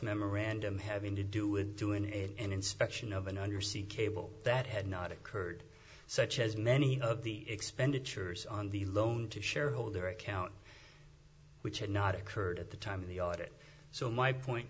memorandum having to do with doing and inspection of an undersea cable that had not occurred such as many of the expenditures on the loan to shareholder account which had not occurred at the time of the audit so my point